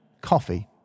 Coffee